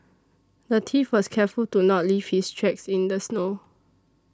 the thief was careful to not leave his tracks in the snow